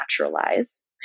naturalize